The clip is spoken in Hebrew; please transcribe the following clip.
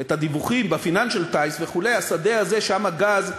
את הדיווחים ב"Financial Times" וכו' בשדה הזה הגז,